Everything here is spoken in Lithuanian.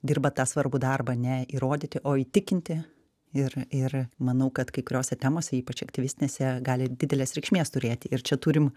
dirba tą svarbų darbą ne įrodyti o įtikinti ir ir manau kad kai kuriose temose ypač aktyvistinėse gali didelės reikšmės turėti ir čia turim